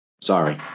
Sorry